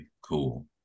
Cool